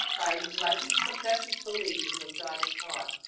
by neglecting to profess his belief in what god has taught.